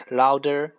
louder